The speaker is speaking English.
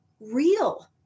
real